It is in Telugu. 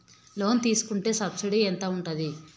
లోన్ తీసుకుంటే సబ్సిడీ ఎంత ఉంటది?